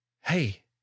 hey